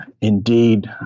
indeed